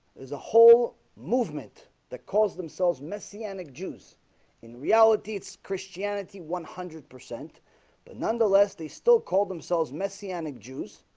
is a whole movement that calls themselves messianic jews in reality. it's christianity one hundred percent but nonetheless they still call themselves messianic jews